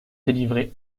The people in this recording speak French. délivrés